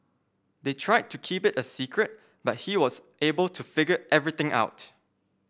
they tried to keep it a secret but he was able to figure everything out